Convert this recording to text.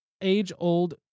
age-old